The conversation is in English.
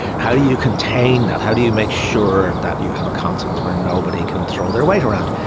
how do you contain that. how do you make sure that you have a consonance where nobody can throw their weight around.